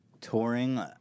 touring